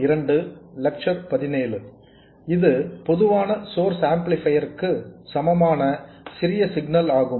இது பொதுவான source amplifier க்கு சமமான சிறிய சிக்னல் ஆகும்